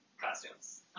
costumes